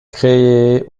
créé